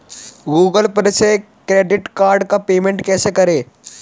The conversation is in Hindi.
गूगल पर से क्रेडिट कार्ड का पेमेंट कैसे करें?